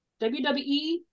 WWE